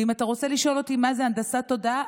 ואם אתה רוצה לשאול אותי מה זה הנדסת תודעה,